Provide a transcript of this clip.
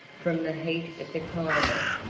from the heat of the climate,